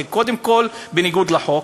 זה קודם כול בניגוד לחוק.